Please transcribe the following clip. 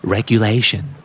Regulation